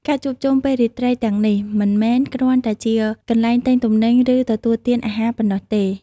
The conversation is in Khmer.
ការជួបជុំពេលរាត្រីទាំងនេះ មិនមែនគ្រាន់តែជាកន្លែងទិញទំនិញ ឬទទួលទានអាហារប៉ុណ្ណោះទេ។